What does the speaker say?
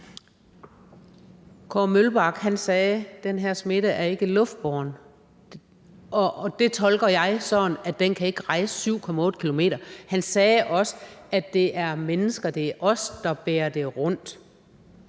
Kåre Mølbak sagde: Den her smitte er ikke luftbåren, og det tolker jeg sådan, at den ikke kan rejse 7,8 km. Han sagde også, at det er mennesker, at det er os, der bærer den rundt.